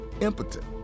impotent